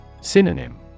Synonym